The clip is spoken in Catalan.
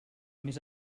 més